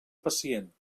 pacient